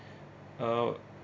ah